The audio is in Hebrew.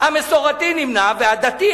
המסורתי נמנע והדתי,